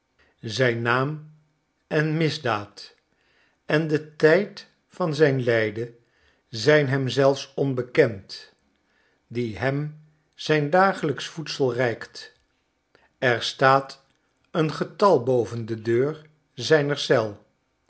zijn naam en misdaad en de tijd van zijn lijden zijn hem zelfs onbekend die hem zijn dagelijksch voedsel reikt er staat een getal boven de deur